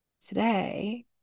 Today